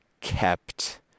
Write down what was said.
kept